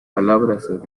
palabras